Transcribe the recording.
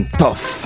tough